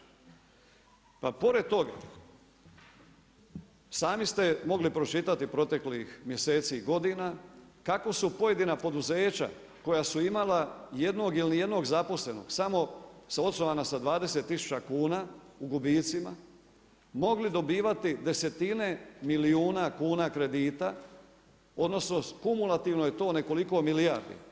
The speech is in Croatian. Pa pored toga sami ste mogli pročitati proteklih mjeseci i godina kako su pojedina poduzeća koja su imala jednog ili ni jednog zaposlenog samo osnovana sa 20000 kuna u gubitcima mogli dobivati desetine milijuna kuna kredita, odnosno kumulativno je to nekoliko milijardi.